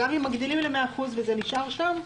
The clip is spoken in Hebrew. גם אם מגדילים ל-100% וזה נשאר שם,